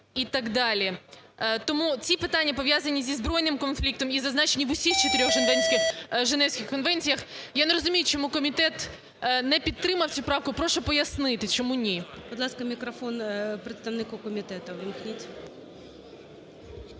Тому ці питання, пов'язані зі збройним конфліктом і зазначені в усіх чотирьох Женевських конвенціях. Я не розумію, чому комітет не підтримав цю правку, прошу пояснити чому ні?